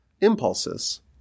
impulses